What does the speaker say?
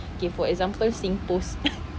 okay for example SingPost